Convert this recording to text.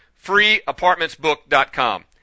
freeapartmentsbook.com